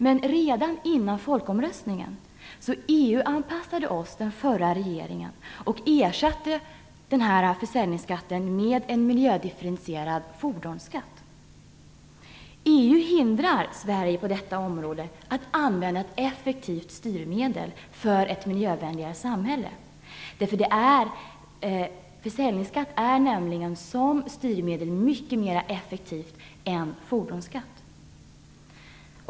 Men redan innan folkomröstningen EU-anpassade den förra regeringen oss och ersatte försäljningsskatten med en miljödifferentierad fordonsskatt. EU hindrar Sverige att på detta område använda ett effektivt styrmedel för ett miljövänligare samhälle. Försäljningsskatt är nämligen som styrmedel mycket mer effektivt än fordonsskatt.